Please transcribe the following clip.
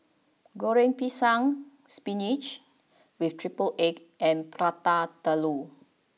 Goreng Pisang spinach with triple egg and Prata Telur